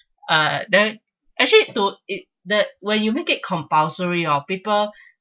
uh then actually to it the when you make it compulsory or people